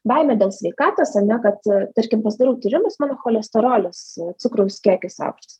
baimė dėl sveikatos ar ne kad tarkim pasidariau tyrimus mano cholesterolis cukraus kiekis aukštas